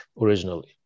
originally